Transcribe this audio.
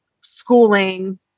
schooling